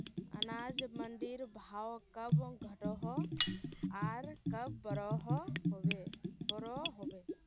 अनाज मंडीर भाव कब घटोहो आर कब बढ़ो होबे?